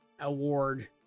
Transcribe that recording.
award